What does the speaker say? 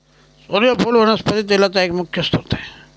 सुर्यफुल वनस्पती तेलाचा एक मुख्य स्त्रोत आहे